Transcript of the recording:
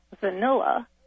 vanilla